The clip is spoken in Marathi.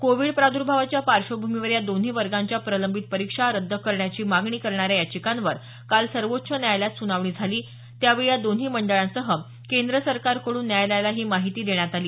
कोविड प्रादुर्भावाच्या पार्श्वभूमीवर या दोन्ही वर्गांच्या प्रलंबित परीक्षा रद्द करण्याची मागणी करणाऱ्या याचिकांवर काल सर्वोच्च न्यायालयात सुनावणी झाली त्यावेळी या दोन्ही मंडळांसह केंद्र सरकारकडून न्यायालयाला ही माहिती देण्यात आली